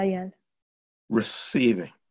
Receiving